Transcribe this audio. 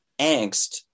angst